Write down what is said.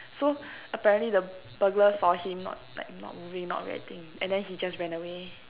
so apparently the burglar saw him not like not moving not reacting and then he just ran away